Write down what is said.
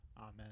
amen